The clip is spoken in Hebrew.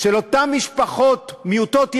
של אותן משפחות מעוטות יכולת,